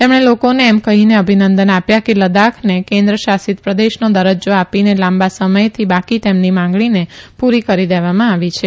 તેમણે લોકોને એમ કઠીને અભિનંદન આપ્યા કે લદાખને કેન્દ્ર શાસીત પ્રદેશનો દરજજો આપીને લાંબા સમયથી બાકી તેમની માંગણીનો પૂરી કરી દેવામાં આવી છે